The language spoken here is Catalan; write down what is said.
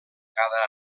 cada